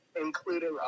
Including